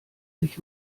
sich